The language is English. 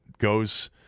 goes